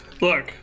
Look